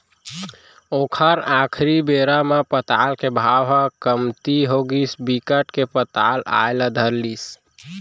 ओखर आखरी बेरा म पताल के भाव ह कमती होगिस बिकट के पताल आए ल धर लिस